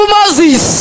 Moses